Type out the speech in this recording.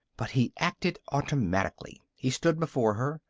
but he acted automatically. he stood before her.